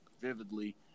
vividly